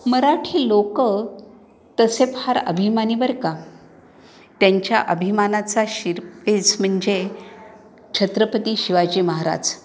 मराठी लोक तसे फार अभिमानी बरं का त्यांच्या अभिमानाचा शिरपेच म्हणजे छत्रपती शिवाजी महाराज